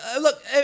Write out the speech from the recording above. look